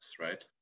right